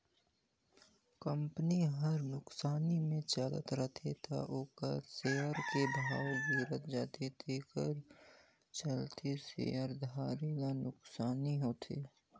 company हर नुकसानी मे चलत रथे त ओखर सेयर के भाव गिरत जाथे तेखर चलते शेयर धारी ल नुकसानी होथे